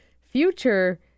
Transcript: future